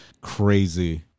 crazy